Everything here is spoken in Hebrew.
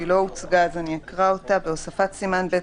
שהיא לא הוצגה אז אני אקרא אותה: בהוספת סימן ב1,